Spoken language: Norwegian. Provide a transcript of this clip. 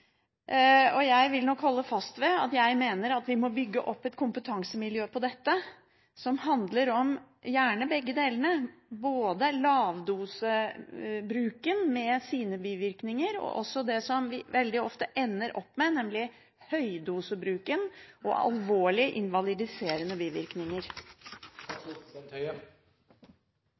Jeg vil nok holde fast ved at vi må bygge opp et kompetansemiljø på dette området, som gjerne handler om begge deler: både om lavdosebruken, med sine bivirkninger, og om det som vi veldig ofte ender opp med, nemlig høydosebruken og alvorlig invalidiserende bivirkninger.